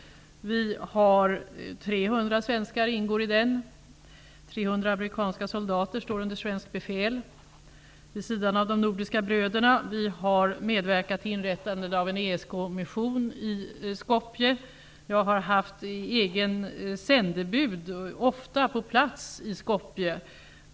300 svenskar ingår i den. 300 amerikanska soldater står under svenskt befäl vid sidan av de nordiska bröderna. Vi har medverkat vid inrättandet av en ESK-mission i Skopje. Jag har ofta haft sändebud på plats i Skopje.